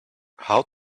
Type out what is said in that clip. how